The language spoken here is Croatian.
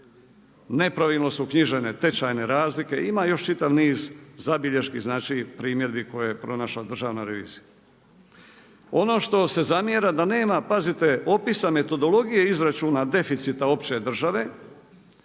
ne pravilno su knjižene tečajne razlike i ima još čitav niz zabilješki primjedbi koje je pronašla Državna revizija. Ono što se zamjera da nema, pazite, opisa metodologije izračuna deficita opće države